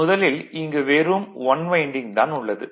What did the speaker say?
முதலில் இங்கு வெறும் 1 வைண்டிங் தான் உள்ளது